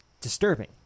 disturbing